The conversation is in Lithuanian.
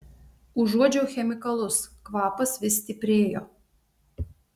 užuodžiau chemikalus kvapas vis stiprėjo